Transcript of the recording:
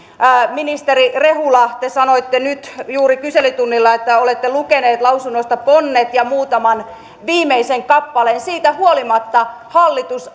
ministeri rehula te sanoitte nyt juuri kyselytunnilla että olette lukenut lausunnosta ponnet ja muutaman viimeisen kappaleen siitä huolimatta hallitus